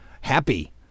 happy